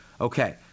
Okay